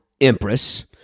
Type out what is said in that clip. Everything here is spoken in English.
Empress